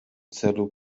celu